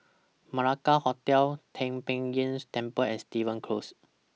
Malacca Hotel Tai Pei Yuen Temple and Stevens Close